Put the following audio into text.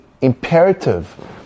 imperative